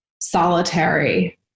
solitary